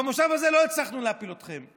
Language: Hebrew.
במושב הזה לא הצלחנו להפיל אתכם,